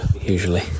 usually